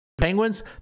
Penguins